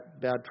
bad